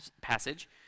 passage